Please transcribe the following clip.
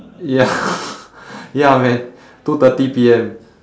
ya ya man two thirty P_M